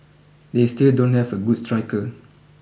they still don't have a good striker